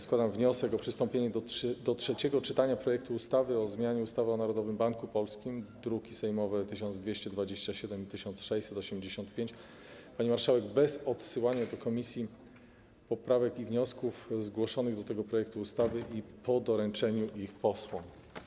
Składam wniosek o przystąpienie do trzeciego czytania projektu ustawy o zmianie ustawy o Narodowym Banku Polskim, druki sejmowe nr 1227 i 1685, pani marszałek, bez odsyłania do komisji poprawek i wniosków zgłoszonych do tego projektu ustawy i po doręczeniu ich posłom.